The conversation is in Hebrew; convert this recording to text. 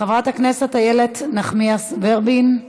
חברת הכנסת איילת נחמיאס ורבין,